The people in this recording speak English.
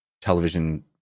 television